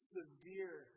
severe